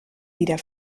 wieder